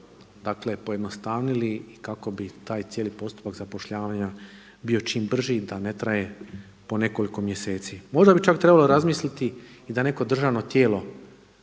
dakle pojednostavili i kako bi taj cijeli postupak zapošljavanja bio čim brži da ne traje po nekoliko mjeseci. Možda bi čak trebalo razmisliti i da neko državno tijelo